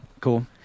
Cool